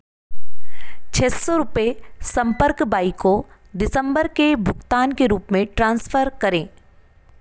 छः सौ रुपये संपर्क बाई को दिसंबर के भुगतान के रूप में ट्रांसफर करें